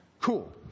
Cool